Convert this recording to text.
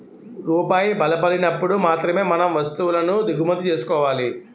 రూపాయి బలపడినప్పుడు మాత్రమే మనం వస్తువులను దిగుమతి చేసుకోవాలి